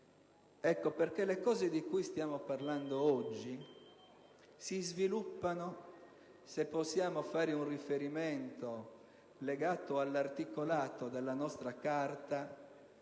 ragioni, i temi di cui stiamo parlando oggi si sviluppano, se possiamo fare un riferimento legato all'articolato della nostra Carta,